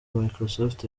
microsoft